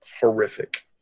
horrific